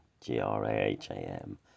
G-R-A-H-A-M